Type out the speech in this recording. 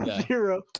Zero